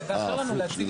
זה לא נכון.